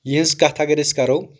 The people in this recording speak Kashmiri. یِہنٛز کتھ اگر أسۍ کرو